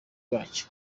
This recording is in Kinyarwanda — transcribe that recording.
bacyo